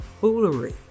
Foolery